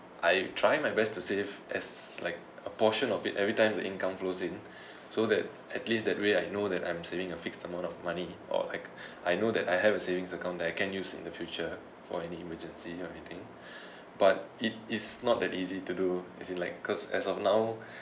I try my best to save as like a portion of it everytime the income flows in so that at least that way I know that I'm saving a fixed amount of money or like I know that I have a savings account that I can use in the future for any emergency or anything but it is not that easy to do as in like because as of now